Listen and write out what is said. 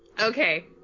Okay